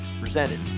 presented